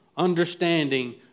understanding